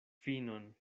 finon